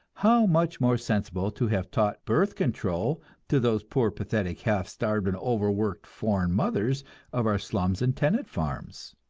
how much more sensible to have taught birth control to those poor, pathetic, half-starved and overworked foreign mothers of our slums and tenant farms!